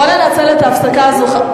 בואו וננצל את ההפסקה הזאת.